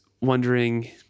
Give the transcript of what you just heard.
wondering